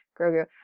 Grogu